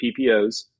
PPOs